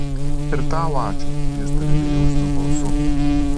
ir tau ačiū ištarė bejausmiu balsu